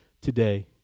today